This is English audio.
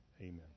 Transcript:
Amen